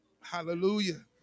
Hallelujah